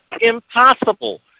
impossible